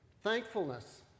thankfulness